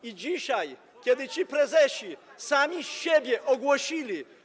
I dzisiaj, kiedy ci prezesi sami z siebie ogłosili.